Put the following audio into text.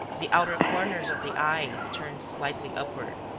the outer corners of the eyes turned slightly upward,